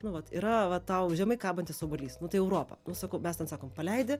nu vat yra va tau žemai kabantis obuolys nu tai europa nu sakau mes ten sakom paleidi